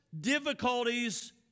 difficulties